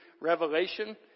revelation